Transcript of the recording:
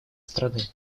страны